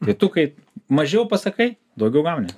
tai tu kai mažiau pasakai daugiau gauni